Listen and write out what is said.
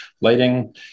lighting